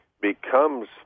becomes